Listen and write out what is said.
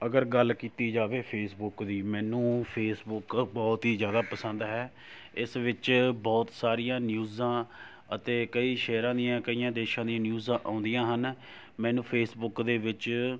ਅਗਰ ਗੱਲ ਕੀਤੀ ਜਾਵੇ ਫੇਸਬੁੱਕ ਦੀ ਮੈਨੂੰ ਫੇਸਬੁੱਕ ਬਹੁਤ ਹੀ ਜ਼ਿਆਦਾ ਪਸੰਦ ਹੈ ਇਸ ਵਿੱਚ ਬਹੁਤ ਸਾਰੀਆਂ ਨਿਊਜ਼ਾਂ ਅਤੇ ਕਈ ਸ਼ਹਿਰਾਂ ਦੀਆਂ ਕਈਆਂ ਦੇਸ਼ਾਂ ਦੀਆਂ ਨਿਊਜ਼ ਆਉਂਦੀਆਂ ਹਨ ਮੈਨੂੰ ਫੇਸਬੁੱਕ ਦੇ ਵਿੱਚ